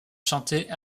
chantées